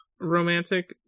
romantic